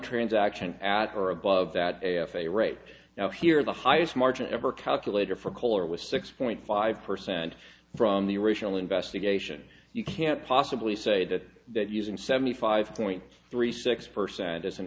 transaction at or above that a f a right now here the highest margin ever calculator for color was six point five percent from the original investigation you can't possibly say that that using seventy five point three six percent